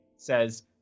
says